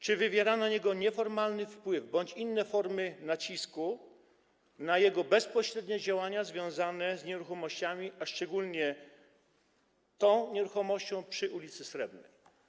Czy wywierano na niego nieformalny wpływ bądź stosowano inne formy nacisku na jego bezpośrednie działania związane z nieruchomościami, a szczególnie nieruchomością przy ul. Srebrnej?